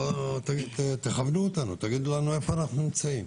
בואו תכוונו אותנו, תגידו לנו איפה אנחנו נמצאים.